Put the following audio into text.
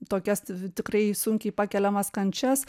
tokias tikrai sunkiai pakeliamas kančias